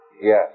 Yes